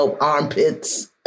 armpits